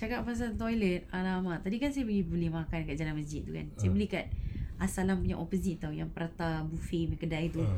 cakap pasal toilet !alamak! tadi kan saya beli makan kat jalan masjid tu kan saya beli kat asalam punya opposite [tau] yang prata buffet benda tu